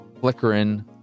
flickering